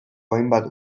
hainbat